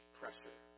pressure